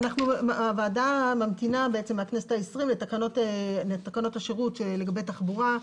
הוועדה ממתינה מהכנסת ה-20 לתקנות השירות לגבי תחבורה.